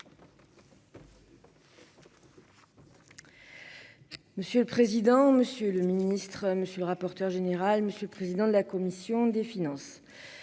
Monsieur le président, monsieur le ministre, monsieur le rapporteur général, monsieur le président de la commission des finances.